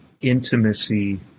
intimacy